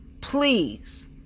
Please